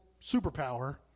superpower